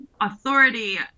authority